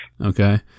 okay